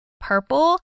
purple